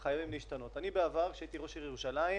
גם הדרוזיות וגם רשויות אחרות בחברה הכללית שהן רשויות מוחלשות,